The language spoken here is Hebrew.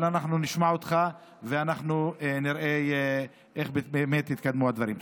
אבל אנחנו נשמע אותך ואנחנו נראה איך באמת יתקדמו הדברים.